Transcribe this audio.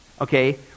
okay